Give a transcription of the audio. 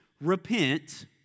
repent